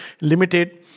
limited